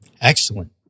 Excellent